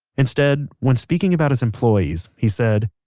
instead, when speaking about his employees, he said,